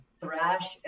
thrash